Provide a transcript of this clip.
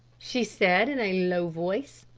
she said in a low voice.